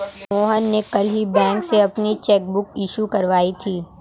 मोहन ने कल ही बैंक से अपनी चैक बुक इश्यू करवाई थी